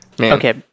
okay